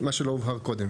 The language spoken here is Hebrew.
מה שלא הובהר קודם?